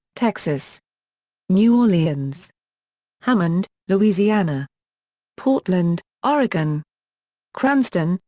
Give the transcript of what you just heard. texas new orleans hammond, louisiana portland oregon cranston,